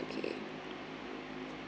okay